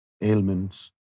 ailments